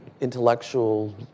intellectual